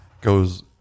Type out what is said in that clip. goes